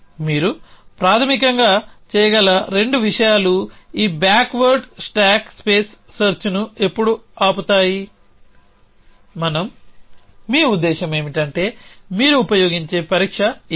మీరు ప్రాథమికంగా చేయగల రెండు విషయాలు ఈ బ్యాక్వర్డ్ స్టాక్ స్పేస్ సెర్చ్ను ఎప్పుడు ఆపుతాయి మనం మీ ఉద్దేశ్యం ఏమిటంటే మీరు ఉపయోగించే పరీక్ష ఏమిటి